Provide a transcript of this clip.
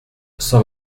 cent